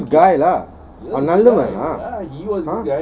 he's a good guy lah அவன் நல்லவன்:awan nallawan